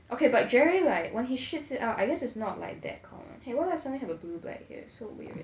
okay but jerry like when he shits it out I guess it's not like dad !hey! why do I suddenly have a blue black here it's so weird